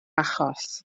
achos